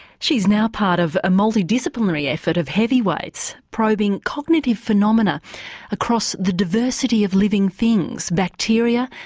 she's now part of a multi-disciplinary effort of heavyweights probing cognitive phenomena across the diversity of living things bacteria,